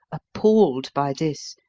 appalled by this,